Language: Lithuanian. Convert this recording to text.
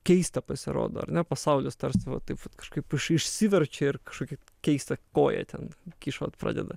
keista pasirodo ar ne pasaulis tarsi va taip vat kažkaip iš išsiverčia ir kažkokį keistą koją ten kyšot pradeda